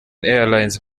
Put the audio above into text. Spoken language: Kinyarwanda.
airlines